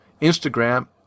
Instagram